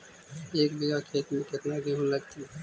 एक बिघा खेत में केतना गेहूं लगतै?